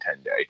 10-day